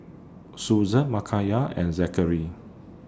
Susan Micayla and Zackary